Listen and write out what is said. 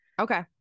Okay